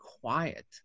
quiet